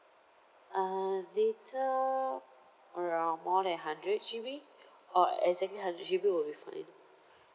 uh data around more than hundred G_B or exactly hundred G_B will be fine